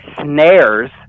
snares